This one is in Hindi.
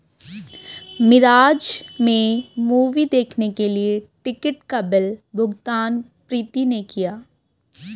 मिराज में मूवी देखने के लिए टिकट का बिल भुगतान प्रीति ने किया